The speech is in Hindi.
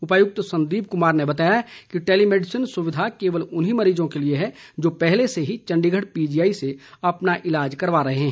उपायुक्त संदीप कुमार ने बताया कि टैलीमैडिसन सुविधा केवल उन्हीं मरीजों के लिए है जो पहले से ही चंडीगढ़ पीजीआई से अपना ईलाज करवा रहे हैं